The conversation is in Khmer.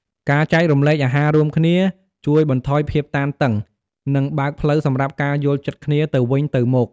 ការចែករំលែកអាហាររួមគ្នា ជួយបន្ថយភាពតានតឹង និងបើកផ្លូវសម្រាប់ការយល់ចិត្តគ្នាទៅវិញទៅមក។